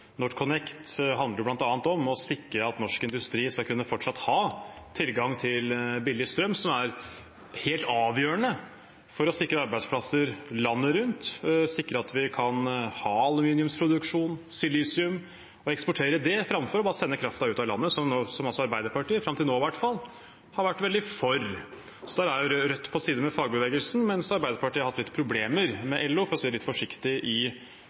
om å sikre at norsk industri fortsatt skal kunne ha tilgang til billig strøm, som er helt avgjørende for å sikre arbeidsplasser landet rundt og sikre at vi kan ha aluminiums- og silisiumproduksjon og eksportere det framfor bare å sende kraften ut av landet, som altså Arbeiderpartiet, fram til nå, i hvert fall, har vært veldig for. Så der er Rødt på side med fagbevegelsen, mens Arbeiderpartiet har hatt litt problemer med LO, for å si det litt forsiktig, i